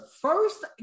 first